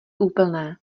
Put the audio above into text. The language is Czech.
úplné